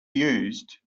used